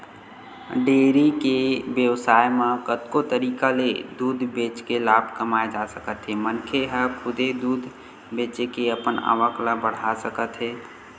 dairy के बेवसाय म कतको तरीका ले दूद बेचके लाभ कमाए जा सकत हे मनखे ह खुदे दूद बेचे के अपन आवक ल बड़हा सकत हे